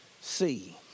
see